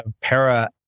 Para